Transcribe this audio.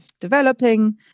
developing